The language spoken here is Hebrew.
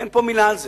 אין פה מלה על זה.